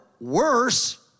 worse